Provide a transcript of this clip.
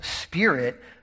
spirit